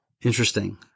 interesting